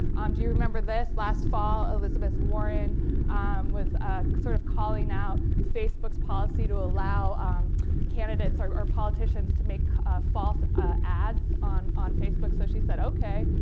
um do you remember this? last fall, elizabeth warren was sort of calling out facebook's policy to allow um candidates or or politicians to make false ah ads on on facebook. so she said. okay.